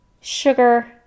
sugar